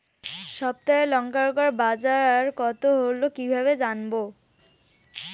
সপ্তাহে লংকার গড় বাজার কতো হলো কীকরে জানবো?